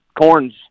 corn's